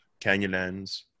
Canyonlands